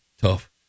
tough